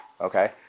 Okay